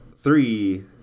three